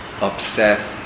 upset